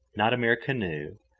not a mere canoe,